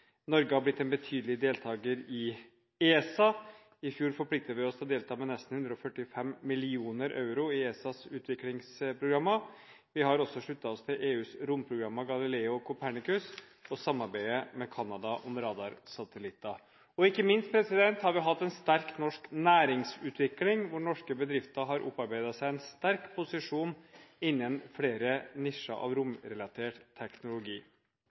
Norge har blitt en betydelig deltaker i ESA. I fjor forpliktet vi oss til å delta med nesten 145 mill. euro i ESAs utviklingsprogrammer. Vi har også sluttet oss til EUs romprogrammer Galileo og Copernicus og samarbeider med Canada om radarsatellitter. Ikke minst har vi hatt en sterk norsk næringsutvikling hvor norske bedrifter har opparbeidet seg en sterk posisjon innen flere nisjer av romrelatert teknologi.